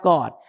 God